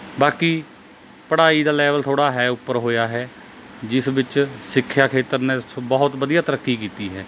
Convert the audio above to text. ਬਾਕੀ ਪੜ੍ਹਾਈ ਦਾ ਲੈਵਲ ਥੋੜ੍ਹਾ ਹੈ ਉੱਪਰ ਹੋਇਆ ਹੈ ਜਿਸ ਵਿੱਚ ਸਿੱਖਿਆ ਖੇਤਰ ਨੇ ਬਹੁਤ ਵਧੀਆ ਤਰੱਕੀ ਕੀਤੀ ਹੈ